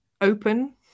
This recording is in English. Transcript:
open